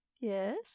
Yes